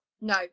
no